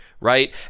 right